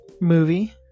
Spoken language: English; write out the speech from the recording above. movie